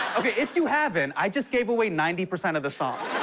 okay, if you haven't, i just gave away ninety percent of the song.